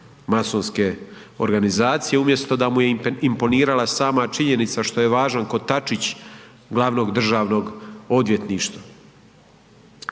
masonske organizacije, umjesto da mu je imponirala sama činjenica što je važan kotačić glavnog državnog odvjetništva.